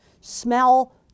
smell